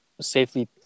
safely